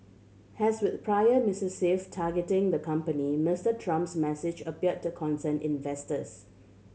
has with prior missive targeting the company Mister Trump's message appeared to concern investors